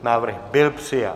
Návrh byl přijat.